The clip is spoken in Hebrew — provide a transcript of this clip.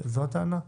זו הטענה?